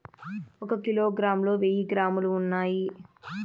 ఒక కిలోగ్రామ్ లో వెయ్యి గ్రాములు ఉన్నాయి